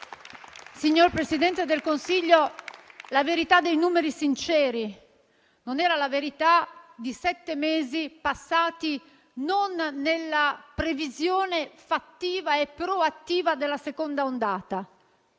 Signor Presidente del Consiglio, questa non era la verità dei numeri sinceri; non era la verità di sette mesi passati non nella previsione fattiva e proattiva della seconda ondata.